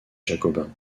jacobins